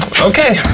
Okay